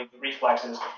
reflexes